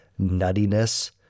nuttiness